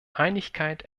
einigkeit